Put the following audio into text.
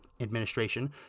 administration